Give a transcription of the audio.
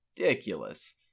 ridiculous